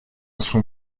son